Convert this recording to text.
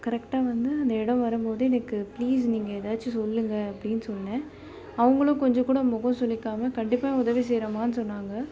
கரெக்டாக வந்து அந்த இடம் வரும் போது எனக்கு ப்ளீஸ் நீங்கள் ஏதாச்சும் சொல்லுங்கள் அப்படின்னு சொன்னேன் அவங்களும் கொஞ்சம் கூட முகம் சுளிக்காமல் கண்டிப்பாக உதவி செய்கிறோமான்னு சொன்னாங்க